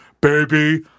Baby